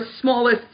smallest